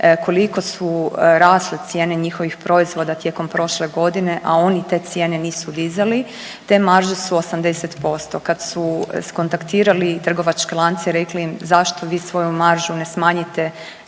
koliko su rasle cijene njihovih proizvoda tijekom prošle godine, a oni te cijene nisu dizali. Te marže su 80%. Kad su kontaktirali trgovačke lance, rekli im zašto vi svoju maržu ne smanjite